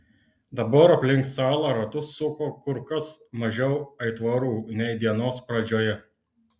dabar aplink salą ratus suko kur kas mažiau aitvarų nei dienos pradžioje